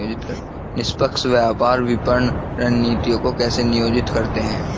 निष्पक्ष व्यापार विपणन रणनीतियों को कैसे नियोजित करते हैं?